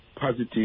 positive